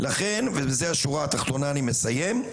לכן, וזו השורה התחתונה, אני מסיים,